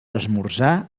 esmorzar